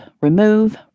remove